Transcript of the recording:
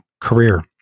career